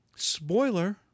Spoiler